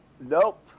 Nope